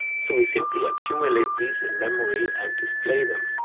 so we simply accumulate these in memory and display them.